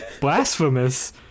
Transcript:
blasphemous